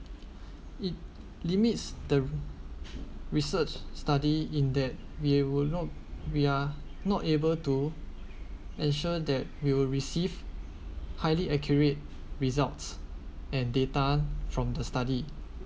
it limits the research study in that we will not we are not able to ensure that we will receive highly accurate results and data from the study